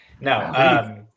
No